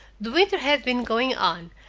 the winter had been going on,